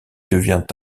devient